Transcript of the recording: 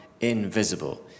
invisible